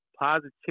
positivity